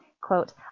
Quote